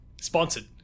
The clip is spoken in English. Sponsored